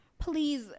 please